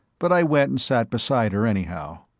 but i went and sat beside her anyhow.